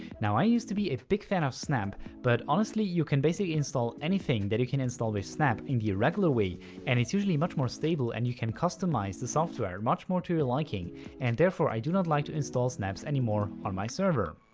now i used to be a big fan of snap but honestly you can basically install anything that you can install with snap in the regular way and it's usually much more stable and you can customize the software much more to your liking and therefore i do not like to install snaps anymore or my server.